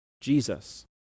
Jesus